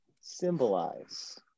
symbolize